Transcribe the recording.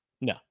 No